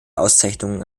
auszeichnungen